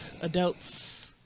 adults